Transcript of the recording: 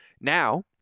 Now